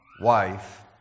wife